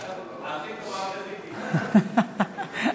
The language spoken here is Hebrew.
תעשי טובה, אל, אותו.